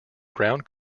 ground